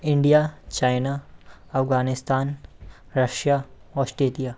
India China Afghanistan Russia Australia